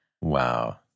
Wow